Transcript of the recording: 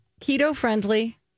keto-friendly